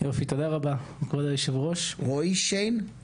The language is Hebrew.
שמי רועי שיין,